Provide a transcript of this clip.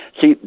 See